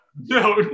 No